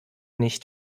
nicht